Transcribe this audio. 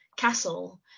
castle